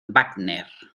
wagner